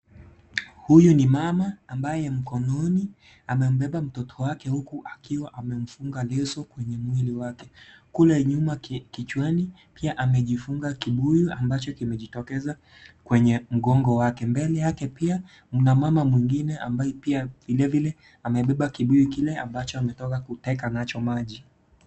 Huyu ni mama ambaye mkononi amebeba mtoto wake huku akiwa amemfunga leso kwenye mwili wake kule nyuma kichwani pia amejifunga kibuyu ambacho kimejitokeza kwenye mgongo wake mbele yake pia kuna mama mwingine ambaye pia vilevile amebeba kibuyu kile ambacho ametoka kuteka nacho maji.